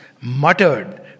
muttered